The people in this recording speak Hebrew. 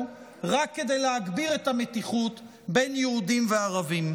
רק כדי להגביר את המתיחות בין יהודים לערבים.